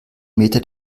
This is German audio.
meter